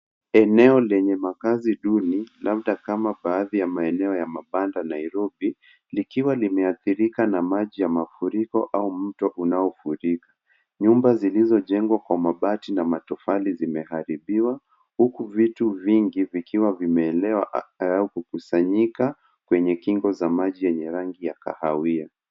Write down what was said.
Eneo lenye makazi duni labda kama baadhi ya maeneo ya mabanda Nairobi nikiwa nimeathirika na maji ya mafuriko au mto unaofurika. Nyumba zilizojengwa kwa mabati na matofali zimeharibiwa huku vitu vingi vikiwa vimeelea angalau kukusanyika kwenye kingo za maji yenye rangi ya kahawia.